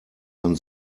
man